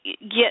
get